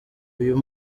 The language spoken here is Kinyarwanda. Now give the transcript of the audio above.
uyu